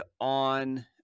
on –